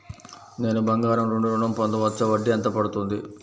నేను బంగారం నుండి ఋణం పొందవచ్చా? వడ్డీ ఎంత పడుతుంది?